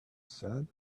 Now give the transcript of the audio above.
said